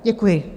Děkuji.